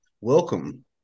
Welcome